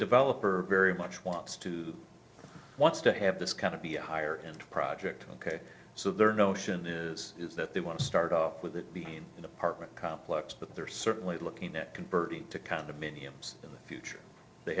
developer very much wants to wants to have this kind of be higher and project ok so their notion is is that they want to start off with it being an apartment complex but they're certainly looking at converting to condominiums in the future they